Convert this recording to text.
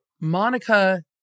Monica